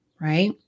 right